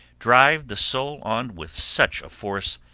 drive the soul on with such a force,